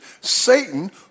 Satan